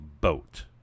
boat